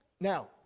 Now